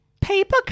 paper